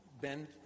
Ben